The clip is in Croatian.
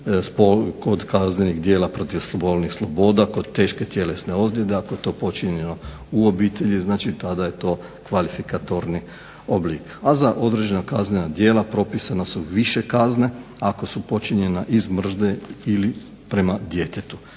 kod kaznenih djela protiv spolnih sloboda, kod teške tjelesne ozljede ako je to počinjeno u obitelji. Znači, tada je to kvalifikatorni oblik. A za određena kaznena djela propisane su više kazne ako su počinjena iz mržnje ili prema djetetu.